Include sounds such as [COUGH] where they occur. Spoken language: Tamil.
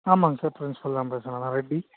ஆமாம்ங்க சார் பிரின்ஸ்பல் தான் பேசுகிறேன் நான் ரெட்டி [UNINTELLIGIBLE]